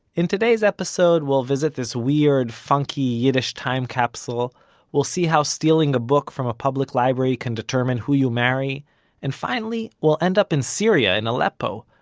in today's episode we'll visit this weird, funky yiddish time capsule we'll see how stealing a book from a public library can determine who you marry and finally, we'll end up in syria, in aleppo,